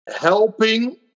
Helping